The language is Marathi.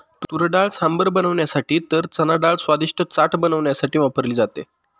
तुरडाळ सांबर बनवण्यासाठी तर चनाडाळ स्वादिष्ट चाट बनवण्यासाठी वापरली जाते